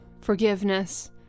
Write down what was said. forgiveness